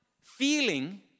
feeling